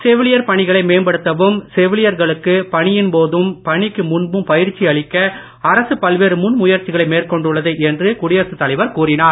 செவிலியர் பணிகளை மேம்படுத்தவும் செவிலியர்களுக்கு பணியின் போதும் பணிக்கு முன்பும் பயிற்சி அளிக்க அரசு பல்வேறு முன்முயற்சிகளை மேற்கொண்டுள்ளது என்று குடியரசுத் தலைவர் கூறினார்